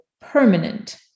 permanent